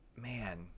Man